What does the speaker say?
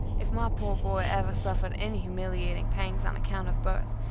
if my poor boy ever suffered any humiliating pangs on account of birth,